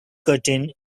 curtain